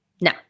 Now